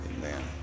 Amen